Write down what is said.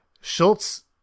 Schultz